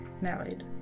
married